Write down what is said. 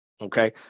okay